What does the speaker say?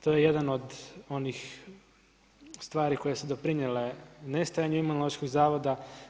To je jedna od onih stvari koje su doprinijele nestajanju Imunološkog zavoda.